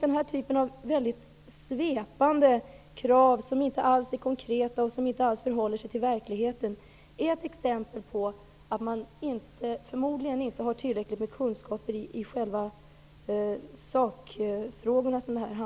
Den här typen av svepande krav, som inte alls är konkreta och som inte alls håller sig till verkligheten, är exempel på att man förmodligen inte har tillräckligt med kunskaper i själva sakfrågorna.